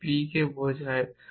যা p বোঝায়